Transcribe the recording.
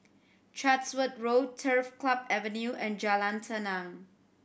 Chatsworth Road Turf Club Avenue and Jalan Tenang